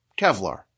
Kevlar